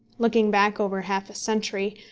looking back over half a century,